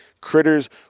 critters